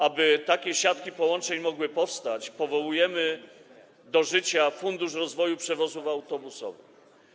Aby takie siatki połączeń mogły powstać, powołujemy do życia fundusz rozwoju przewozów autobusowych.